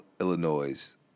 Illinois